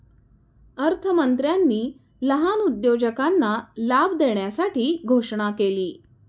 अर्थमंत्र्यांनी लहान उद्योजकांना लाभ देण्यासाठी घोषणा केली